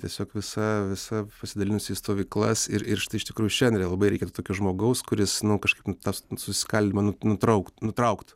tiesiog visa visa pasidalinusi į stovyklas ir ir štai iš tikrųjų šiandien labai reikia tokio žmogaus kuris nu kažkaip tą susiskaldymą nu nutraukt nutraukt